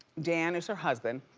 dan is her husband.